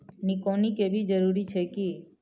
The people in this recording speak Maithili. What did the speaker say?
निकौनी के भी जरूरी छै की?